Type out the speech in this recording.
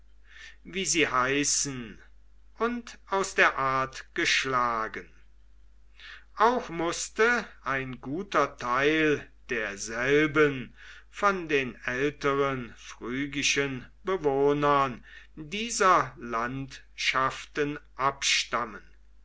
wie sie heißen und aus der art geschlagen auch mußte ein guter teil derselben von den älteren phrygischen bewohnern dieser landschaften abstammen